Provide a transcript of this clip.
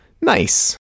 nice